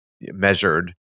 measured